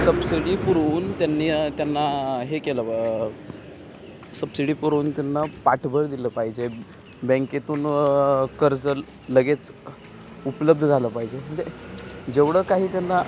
subsidy पुरवून त्यांनी त्यांना हे केलं सबसिडी पुरवून त्यांना पाठबळ दिलं पाहिजे बँकेतून कर्ज लगेच उपलब्ध झालं पाहिजे म्हणजे जेवढं काही त्यांना